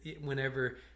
whenever